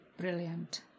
brilliant